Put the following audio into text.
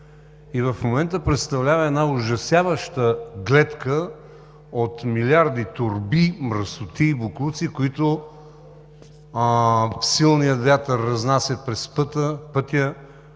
и в момента представлява една ужасяваща гледка от милиарди торби, мръсотии, боклуци, които силният вятър разнася през пътя